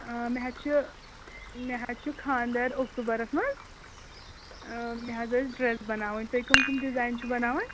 مےٚ حظ چھِ مےٚ حظ چھُ خاندَر اَکتوٗبَرَس منٛز مےٚ حظ ٲسۍ ڈرٛیس بَناوٕنۍ تُہۍ کٕم کٕم ڈزایِن چھُ بَناوان